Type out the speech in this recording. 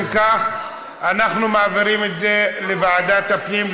אם כך, אנחנו מעבירים את זה לוועדת הפנים.